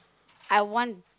I want